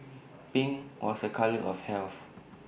pink was A colour of health